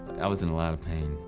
i was in a lot of pain.